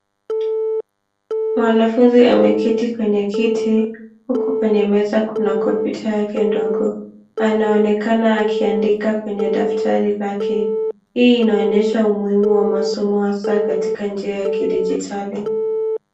Mwanafunzi ameketi kwenye kiti huku kwenye meza kuna kompyuta yake ndogo. Anaonekana akiandika kwenye daftari lake. Hii inaonyesha umuhimu wa masomo hasa katika njia ya kidijitali.